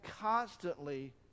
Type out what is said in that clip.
constantly